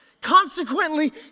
Consequently